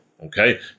okay